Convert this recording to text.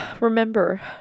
Remember